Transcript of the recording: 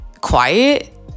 quiet